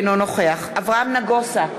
אינו נוכח אברהם נגוסה,